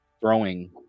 throwing